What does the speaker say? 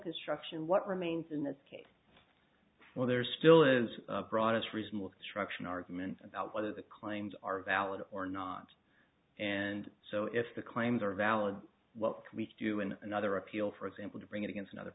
construction what remains in this case where there still is broadest reasonable struction argument about whether the claims are valid or not and so if the claims are valid what can we do in another appeal for example to bring against another